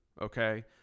okay